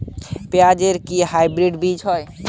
পেঁয়াজ এর কি হাইব্রিড বীজ হয়?